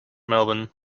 melbourne